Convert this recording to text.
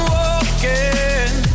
walking